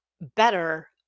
better